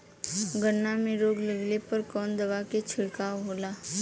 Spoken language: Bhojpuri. गन्ना में रोग लगले पर कवन दवा के छिड़काव होला?